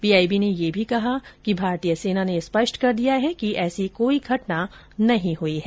PIB ने यह भी कहा कि भारतीय सेना ने स्पष्ट कर दिया है कि ऐसी कोई घटना नहीं हुई है